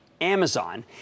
Amazon